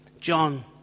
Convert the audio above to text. John